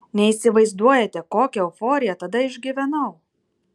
neįsivaizduojate kokią euforiją tada išgyvenau